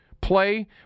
play